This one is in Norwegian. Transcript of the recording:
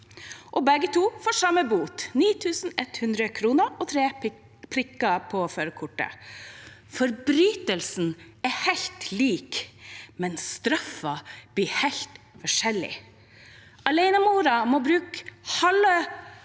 begge får samme bot: 9 100 kr og tre prikker på førerkortet. Forbrytelsen er helt lik, mens straffen blir helt forskjellig. Alenemoren må bruke halve